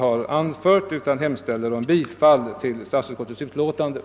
Herr talman! Jag yrkar bifall till utskottets hemställan.